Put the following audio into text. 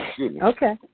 Okay